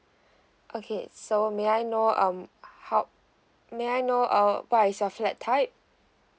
okay so may I know um how may I know um what is your flat type